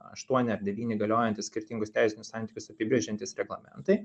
aštuoni ar devyni galiojantys skirtingus teisinius santykius apibrėžiantys reglamentai